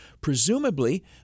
presumably